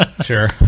Sure